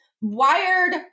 wired